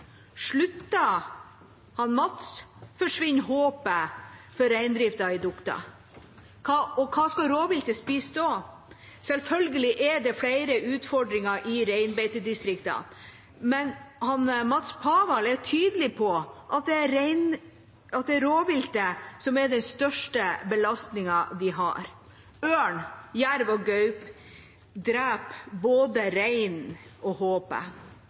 Mats, forsvinner håpet for reindriften i Duokta. Hva skal rovviltet spise da? Selvfølgelig er det flere utfordringer i reinbeitedistriktene. Men Mats Pavall er tydelig på at det er rovviltet som er den største belastningen de har. Ørn, jerv og gaupe dreper både reinen og